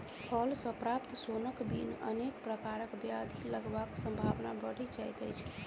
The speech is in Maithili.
फल सॅ प्राप्त सोनक बिन अनेक प्रकारक ब्याधि लगबाक संभावना बढ़ि जाइत अछि